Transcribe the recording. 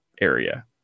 area